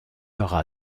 aura